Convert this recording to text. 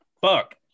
fuck